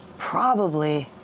probably,